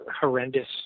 horrendous